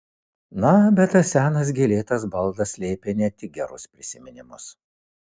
na bet tas senas gėlėtas baldas slėpė ne tik gerus prisiminimus